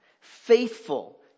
Faithful